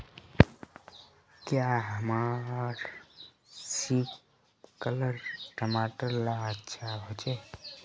क्याँ हमार सिपकलर टमाटर ला अच्छा होछै?